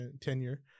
tenure